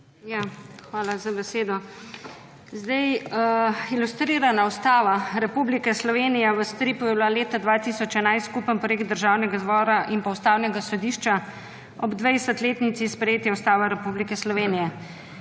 Hvala za besedo. Ilustrirana Ustava Republike Slovenije v stripu je bila leta 2011 skupen projekt Državnega zbora in Ustavnega sodišča ob 20-letnici sprejetja Ustave Republike Slovenije.